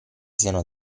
siano